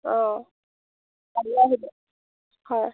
অঁ কাইলৈ আহিব হয়